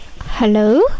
Hello